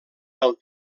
pel